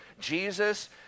Jesus